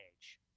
age